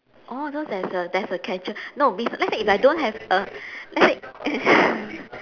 orh so there's a there's a catcher no we let's say if don't have a let's say